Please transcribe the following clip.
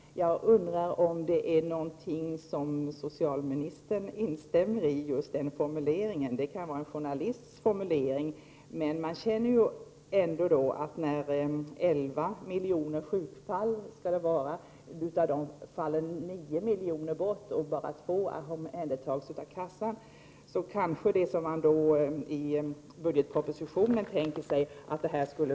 Jag undrar om socialministern instämmer i just denna formulering. Det kan vara en journalists formulering, men man känner kanske — enligt vad som står i budgetpropositionen — att detta skulle vara ett stort rationaliseringsprojekt som förändrar karaktären. Av 11 miljoner sjukdomsfall faller 9 miljoner bort.